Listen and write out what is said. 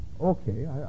Okay